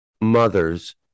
mothers